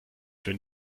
für